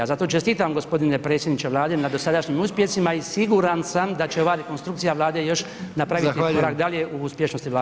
Zato čestitam gospodine predsjedniče Vlade na dosadašnjim uspjesima i siguran sam da će ova rekonstrukcija Vlade još napraviti [[Upadica: Zahvaljujem.]] korak dalje u uspješnosti Vlade.